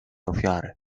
ofiary